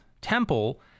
temple